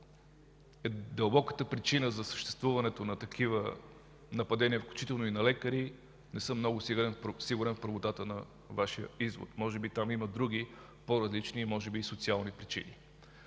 дълбоката причина за съществуването на такива нападения, включително и над лекари, не съм много сигурен в правотата на Вашия извод. Може би там има други, по-различни може би и социални причини.